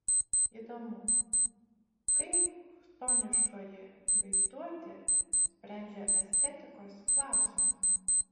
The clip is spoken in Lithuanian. įdomu kaip chtoniškoji vaizduotė sprendžia estetikos klausimą